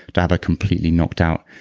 to have a completely knocked out